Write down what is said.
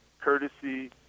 courtesy